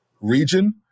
region